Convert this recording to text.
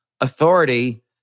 Authority